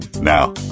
Now